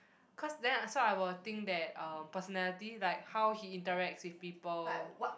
cause then so I will think that uh personality like how he interacts with people